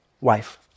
wife